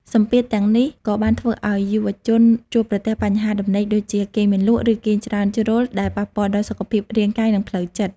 សម្ពាធទាំងនេះក៏បានធ្វើឱ្យយុវជនជួបប្រទះ បញ្ហាដំណេកដូចជា គេងមិនលក់ ឬគេងច្រើនជ្រុល ដែលប៉ះពាល់ដល់សុខភាពរាងកាយនិងផ្លូវចិត្ត។